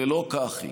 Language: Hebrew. ולא כך היא.